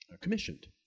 commissioned